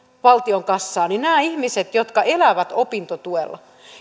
valtion kassaan niin näillä ihmisillä jotka elävät opintotuella